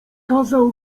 kazał